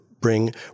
bring